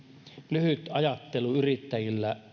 lyhyt ajattelu yrittäjillä